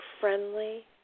friendly